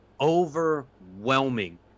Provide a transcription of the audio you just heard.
overwhelming